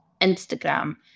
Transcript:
Instagram